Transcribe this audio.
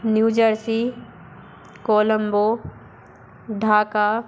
New Jersey New Jersey Colombo Dhaka